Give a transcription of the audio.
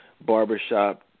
Barbershop